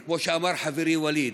וכמו שאמר חברי ווליד,